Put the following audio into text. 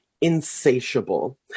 insatiable